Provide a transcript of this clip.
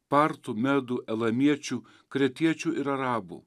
partų medų elamiečių kretiečių ir arabų